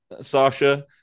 Sasha